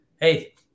hey